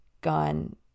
gone